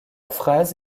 phrase